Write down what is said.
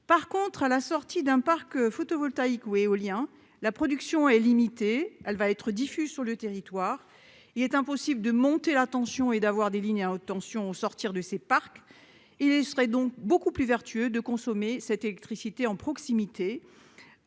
par contre à la sortie d'un parc photovoltaïque ou éolien, la production est limitée, elle va être diffus sur le territoire, il est impossible de monter la tension et d'avoir des lignes à haute tension, au sortir de ces parcs, il serait donc beaucoup plus vertueux de consommer cette électricité en proximité